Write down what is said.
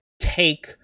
take